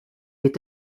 est